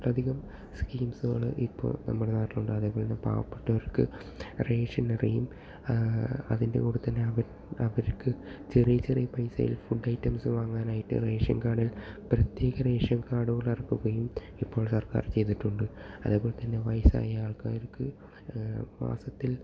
ഒട്ടധികം സ്കീംസുകൾ ഇപ്പോൾ നമ്മുടെ നാട്ടിലുണ്ട് അതേപോലെ തന്നെ പാവപ്പെട്ടവർക്ക് റേഷനറിയും അതിൻ്റെ കൂടെത്തന്നെ അവർക്ക് ചെറിയ ചെറിയ പൈസയിൽ ഫുഡ് ഐറ്റംസ് വാങ്ങാനായിട്ട് റേഷൻ കാഡിൽ പ്രത്യേക റേഷൻ കാഡുകൾ ഇറക്കുകയും ഇപ്പോൾ സർക്കാർ ചെയ്തിട്ടുണ്ട് അതേപോലെ തന്നെ വയസ്സായ ആൾക്കാർക്ക് മാസത്തിൽ